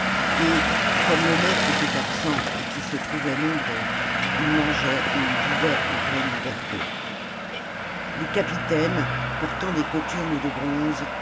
et comme le maître était absent et qu'ils se trouvaient nombreux ils mangeaient et ils buvaient en pleine liberté les capitaines portant des cothurnes de bronze